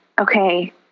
okay